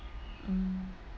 mm